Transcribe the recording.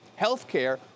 healthcare